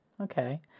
okay